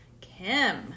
Kim